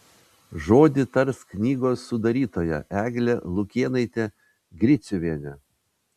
žodį tars knygos sudarytoja eglė lukėnaitė griciuvienė